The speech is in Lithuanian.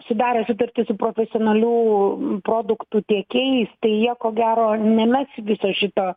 sudaro sutartis su profesionalių produktų tiekėjais tai jie ko gero nemes viso šito